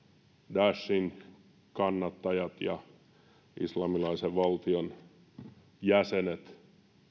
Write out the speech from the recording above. daeshin kannattajat ja islamilaisen valtion jäsenet